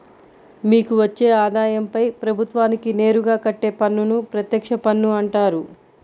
మీకు వచ్చే ఆదాయంపై ప్రభుత్వానికి నేరుగా కట్టే పన్నును ప్రత్యక్ష పన్ను అంటారు